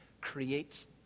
creates